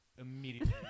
immediately